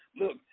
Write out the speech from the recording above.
look